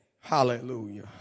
Hallelujah